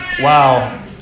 wow